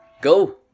Go